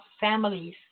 families